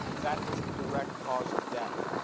that was the direct cause of death,